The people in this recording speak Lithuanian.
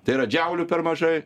tai yra džiaulių per mažai